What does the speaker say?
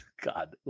God